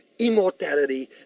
immortality